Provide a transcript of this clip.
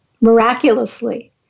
miraculously